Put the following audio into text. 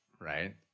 Right